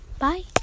bye